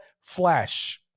flash